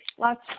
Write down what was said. lots